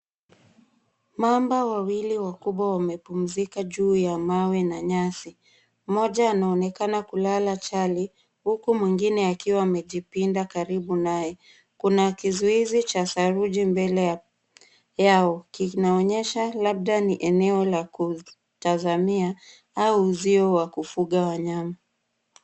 Mamba wawili wakubwa wamepumzika juu ya mawe na nyasi. Mmoja anaonekana kulala chali huku mwingine akiwa amejipinda karibu naye. Kuna kizuizi cha saruji mbele yao. Kinaonyesha labda ni eneo la kutazamia au uzio wa kufuga wanyama.